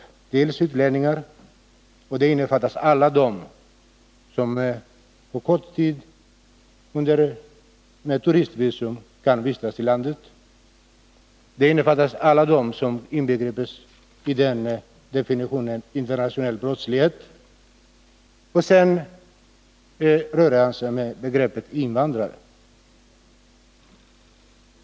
Dels är det begreppet ”utlänningar”, och det innefattar alla dem som under kort tid kan vistas i landet med turistvisum och alla dem som inbegrips i definitionen ”internationell brottslighet”. Dels rör han sig med begreppet ”invandrare”.